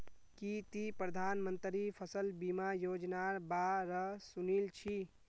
की ती प्रधानमंत्री फसल बीमा योजनार बा र सुनील छि